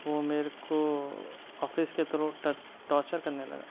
وہ میرے کو آفس کے تھرو ٹچ ٹارٹچر کرنے لگا